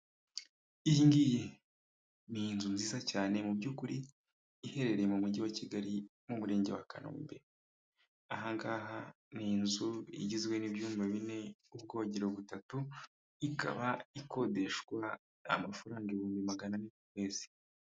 iyi Ngiyi ni inzu nziza cyane mu by'ukuri, iherereye mu mujyi wa Kigali, mu murenge wa Kanombe. Ahaha ni inzu igizwe n'ibyumba bine, ubwogero butatu, ikaba ikodeshwa amafaranga ibihumbi magana ane ku kwezi.